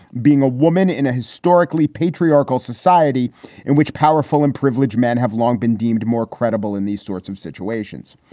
being a woman in a historically patriarchal society in which powerful and privileged men have long been deemed more credible in these sorts of situations.